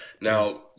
Now